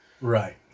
Right